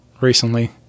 recently